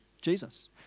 Jesus